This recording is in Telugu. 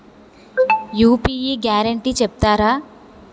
యూ.పీ.యి గ్యారంటీ చెప్తారా?